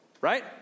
right